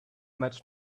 much